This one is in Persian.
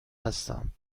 هستم